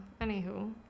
anywho